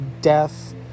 death